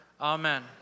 Amen